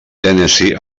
tennessee